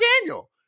Daniel